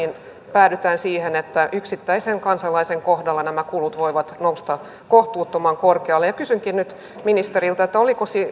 päädytään siihen että yksittäisen kansalaisen kohdalla nämä kulut voivat nousta kohtuuttoman korkealle kysynkin nyt ministeriltä että oliko